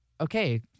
okay